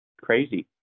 crazy